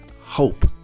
hope